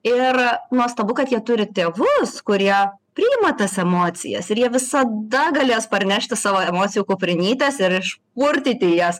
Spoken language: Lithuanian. ir nuostabu kad jie turi tėvus kurie priima tas emocijas ir jie visada galės parnešti savo emocijų kuprinytes ir išpurtyti jas